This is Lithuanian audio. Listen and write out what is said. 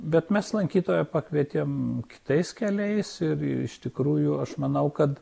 bet mes lankytoją pakvietėm kitais keliais ir iš tikrųjų aš manau kad